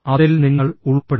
അതിൽ നിങ്ങൾ ഉൾപ്പെടുന്നു